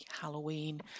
Halloween